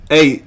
Hey